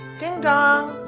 ding dong,